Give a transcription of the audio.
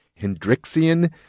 Hendrixian